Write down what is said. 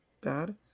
bad